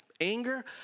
Anger